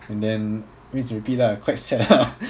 and then rinse repeat lah quite sad lah